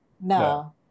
no